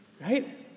Right